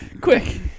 Quick